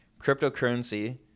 cryptocurrency